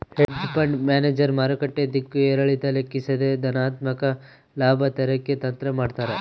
hedge fund manager ಮಾರುಕಟ್ಟೆ ದಿಕ್ಕು ಏರಿಳಿತ ಲೆಕ್ಕಿಸದೆ ಧನಾತ್ಮಕ ಲಾಭ ತರಕ್ಕೆ ತಂತ್ರ ಮಾಡ್ತಾರ